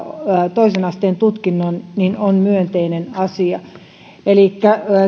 toisen asteen tutkinnon on myönteinen asia elikkä